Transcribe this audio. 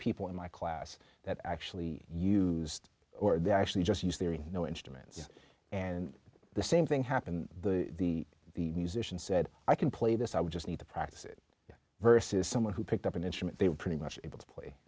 people in my class that actually used or they actually just used theory you know instruments and the same thing happened the the the musician said i can play this i would just need to practice it versus someone who picked up an instrument they were pretty much able to play